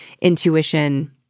intuition